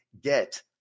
get